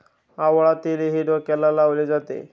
आवळा तेलही डोक्याला लावले जाते